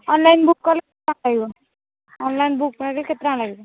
online book କଲେ କେତେ ଟଙ୍କା ଲାଗିବ ଅନଲାଇନ୍ ବୁକ୍ ପାଇଁ ଯେ କେତେ ଟଙ୍କା ଲାଗିବ